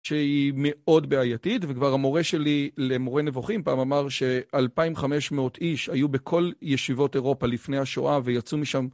שהיא מאוד בעייתית, וכבר המורה שלי למורה נבוכים פעם אמר ש-2500 איש היו בכל ישיבות אירופה לפני השואה ויצאו משם.